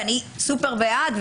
ואני סופר בעד,